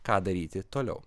ką daryti toliau